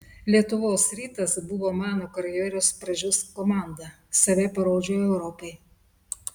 lietuvos rytas buvo mano karjeros pradžios komanda save parodžiau europai